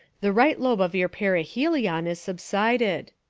the right lobe of your perihelion is subsided.